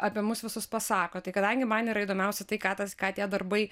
apie mus visus pasako tai kadangi man yra įdomiausia tai ką tas ką tie darbai